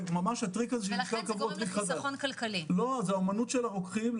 זה אומנות של הרוקחים,